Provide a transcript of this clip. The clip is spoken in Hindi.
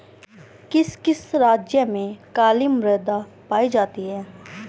किस किस राज्य में काली मृदा पाई जाती है?